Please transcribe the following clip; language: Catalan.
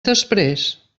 després